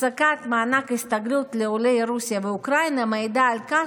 הפסקת מענק הסתגלות לעולי רוסיה ואוקראינה מעידה על כך